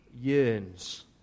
yearns